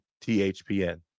THPN